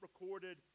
recorded